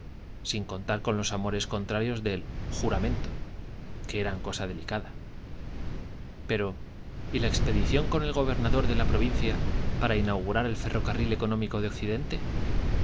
sin contar con los amores contrarios del juramento que eran cosa delicada pero y la expedición con el gobernador de la provincia para inaugurar el ferrocarril económico de occidente